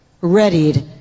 Readied